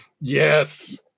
Yes